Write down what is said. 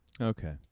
Okay